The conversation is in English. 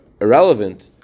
irrelevant